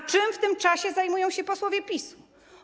A czym w tym czasie zajmują się posłowie PiS-u?